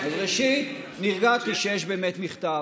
אז ראשית, נרגעתי שיש באמת מכתב.